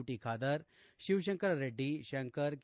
ಟ ಖಾದರ್ ಶಿವಶಂಕರ್ರೆಡ್ಡಿ ಶಂಕರ್ ಕೆ